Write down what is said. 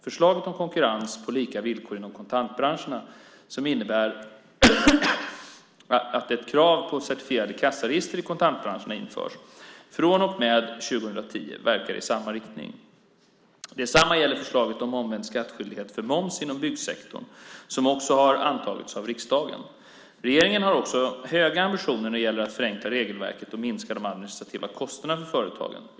Förslaget om konkurrens på lika villkor inom kontantbranscherna som innebär att ett krav på certifierade kassaregister i kontantbranscherna införs från och med 2010 verkar i samma riktning. Detsamma gäller förslaget om omvänd skattskyldighet för moms inom byggsektorn som också det har antagits av riksdagen. Regeringen har också höga ambitioner när det gäller att förenkla regelverket och minska de administrativa kostnaderna för företagen.